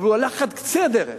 אבל הוא הלך עד קצה הדרך,